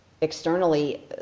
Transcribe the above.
externally